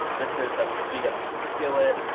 um this is the fajita beef skillet.